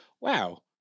wow